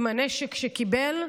עם הנשק שקיבל,